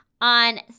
on